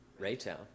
Raytown